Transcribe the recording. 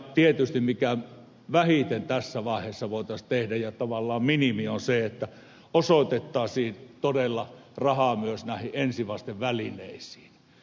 tietysti vähin mitä tässä vaiheessa voitaisiin tehdä ja tavallaan minimi on se että osoitettaisiin todella rahaa myös näihin ensivastevälineisiin